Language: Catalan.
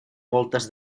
voltes